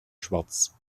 schwarz